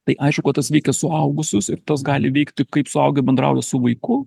tai aišku kad tas veikia suaugusius ir tas gali veikti kaip suaugę bendrauja su vaiku